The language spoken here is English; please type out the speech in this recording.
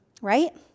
Right